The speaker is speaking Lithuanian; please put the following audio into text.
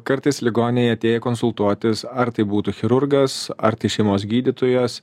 kartais ligoniai atėję konsultuotis ar tai būtų chirurgas ar tai šeimos gydytojas